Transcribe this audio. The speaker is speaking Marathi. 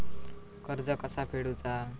कर्ज कसा फेडुचा?